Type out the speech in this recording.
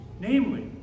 namely